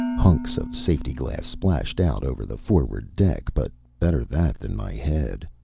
hunks of safety glass splashed out over the forward deck, but better that than my head.